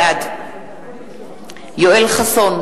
בעד יואל חסון,